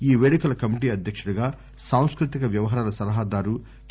ఈ పేడుకల కమిటి అధ్యకుడుగా సాంస్కృతిక వ్యవహారాల సలహాదారు కె